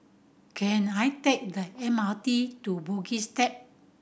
can I take the M R T to Bugis Cube